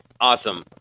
Awesome